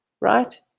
right